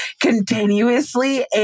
continuously